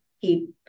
keep